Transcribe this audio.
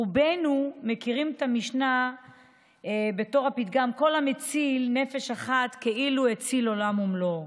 רובנו מכירים במשנה את הפתגם: כל המציל נפש אחת כאילו הציל עולם ומלואו.